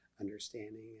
understanding